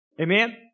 Amen